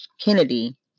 Kennedy